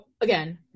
again